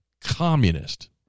Communist